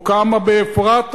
או כמה באפרתה?